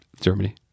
Germany